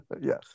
yes